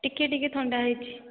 ଟିକିଏ ଟିକିଏ ଥଣ୍ଡା ହୋଇଛି